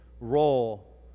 role